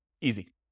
Easy